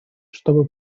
чтобы